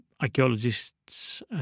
archaeologists